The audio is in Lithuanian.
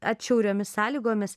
atšiauriomis sąlygomis